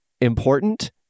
important